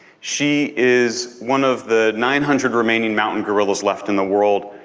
she is one of the nine hundred remaining mountain gorillas left in the world.